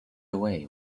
away